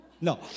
no